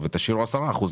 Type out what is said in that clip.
אבל אני עוד פעם אומר,